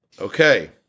Okay